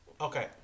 Okay